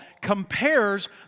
compares